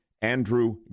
Andrew